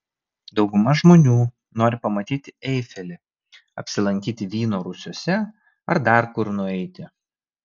dauguma žmonių nori pamatyti eifelį apsilankyti vyno rūsiuose ar dar kur nueiti